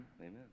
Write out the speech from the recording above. Amen